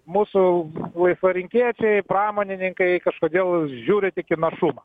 mūsų laisvarinkiečiai pramonininkai kažkodėl žiūri tik į našumą